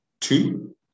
two